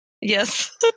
Yes